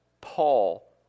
Paul